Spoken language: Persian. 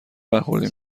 برخوردی